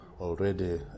Already